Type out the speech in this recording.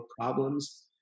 problems